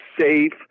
safe